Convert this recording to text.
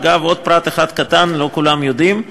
אגב, עוד פרט אחד קטן שלא כולם יודעים.